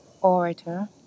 orator